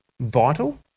vital